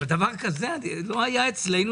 אבל דבר כזה לא היה אצלנו.